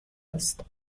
است